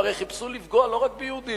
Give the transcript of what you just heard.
הם הרי חיפשו לפגוע לא רק ביהודים.